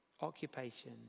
Occupation